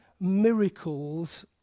Miracles